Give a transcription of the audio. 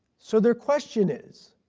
so their question is,